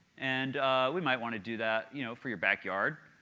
and we might want to do that you know for your backyard.